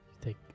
Take